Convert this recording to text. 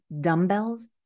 dumbbells